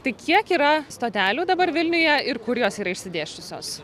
tai kiek yra stotelių dabar vilniuje ir kur jos yra išsidėsčiusios